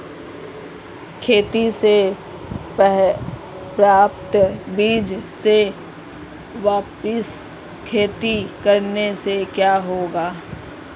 खेती से प्राप्त बीज से वापिस खेती करने से क्या होगा?